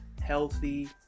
healthy